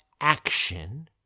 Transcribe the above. action